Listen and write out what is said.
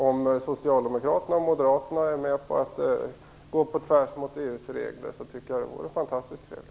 Om Socialdemokraterna och Moderaterna är med på att gå på tvärs med EU:s regler tycker jag att det vore fantastiskt trevligt.